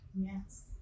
Yes